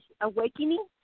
awakening